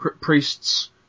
Priest's